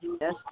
Yes